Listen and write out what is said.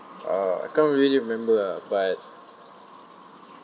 uh I can't really remember ah but